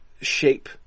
shape